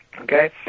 Okay